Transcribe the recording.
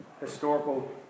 historical